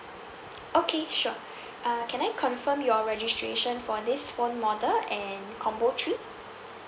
okay sure uh can I confirm your registration for this phone model and combo three